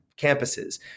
campuses